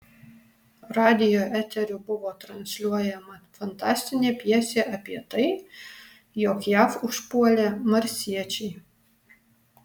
radijo eteriu buvo transliuojama fantastinė pjesė apie tai jog jav užpuolė marsiečiai